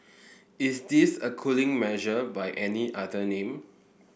is this a cooling measure by any other name